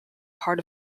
part